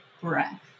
breath